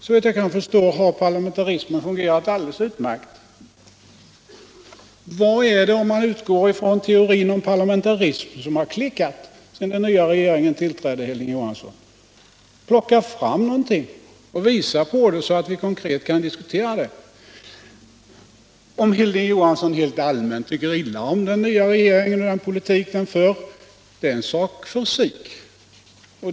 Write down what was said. Såvitt jag kan förstå har parlamentarismen fungerat alldeles utmärkt. Vad är det, om man utgår från parlamentarismen, som har klickat sedan den nya regeringen tillträdde, herr Hilding Johansson? Plocka fram några bevis, så att vi konkret kan diskutera dem! Om Hilding Johansson bara helt allmänt tycker illa om den nya regeringen och den politik den för, så är det en sak för sig.